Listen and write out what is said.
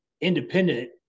independent